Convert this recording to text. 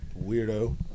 weirdo